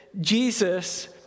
Jesus